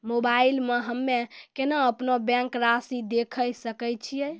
Mobile मे हम्मय केना अपनो बैंक रासि देखय सकय छियै?